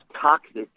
toxic